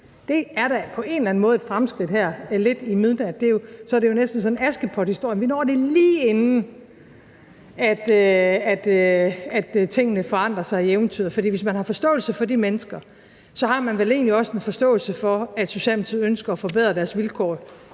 Det er da på en eller anden måde et fremskridt her lidt i midnat. Det er jo næsten sådan en askepothistorie, hvor vi lige når det, inden tingene forandrer sig i eventyret. For hvis man har forståelse for de mennesker, har man vel egentlig også en forståelse for, at Socialdemokratiet ønsker at forbedre deres vilkår